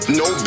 no